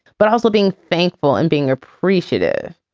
but also being thankful and being appreciative,